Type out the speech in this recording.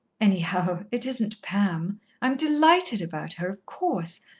anyhow, it isn't pam i'm delighted about her, of course.